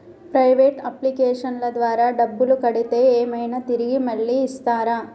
Private అప్లికేషన్ల ద్వారా డబ్బులు కడితే ఏమైనా తిరిగి మళ్ళీ ఇస్తరా?